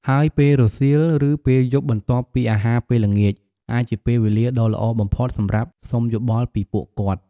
ហើយពេលរសៀល ឬពេលយប់បន្ទាប់ពីអាហារពេលល្ងាច អាចជាពេលវេលាដ៏ល្អបំផុតសម្រាប់សុំយោបល់ពីពួកគាត់។